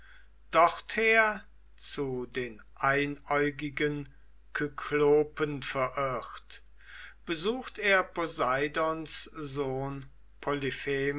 dorther zu den einäugigen kyklopen verirrt besucht er poseidons sohn